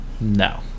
No